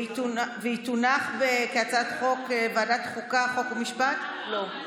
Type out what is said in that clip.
והיא תונח כהצעת חוק בוועדת החוקה, חוק ומשפט, לא.